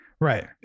Right